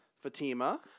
Fatima